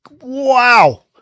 wow